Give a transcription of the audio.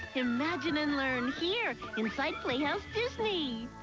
imagine and learn, here inside playhouse disney.